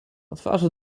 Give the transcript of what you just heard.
twarzy